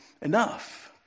Enough